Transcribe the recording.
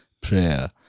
prayer